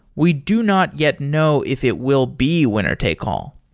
we do not yet know if it will be winner take-all.